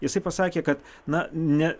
jisai pasakė kad na ne